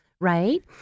right